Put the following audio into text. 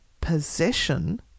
possession